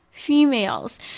females